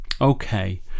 okay